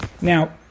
Now